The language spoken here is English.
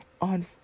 on